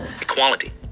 equality